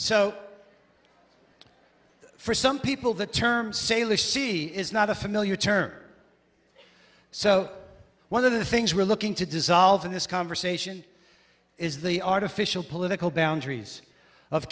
so for some people the term sailors see is not a familiar turner so one of the things we're looking to dissolve in this conversation is the artificial political boundaries of